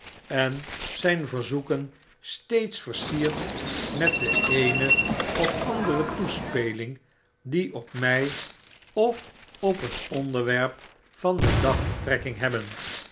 en zyn verzoeken steeds versiert met deeeneofandere toespeling die op mij of op het onderwerp van den dag betrekking hebben